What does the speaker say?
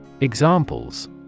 Examples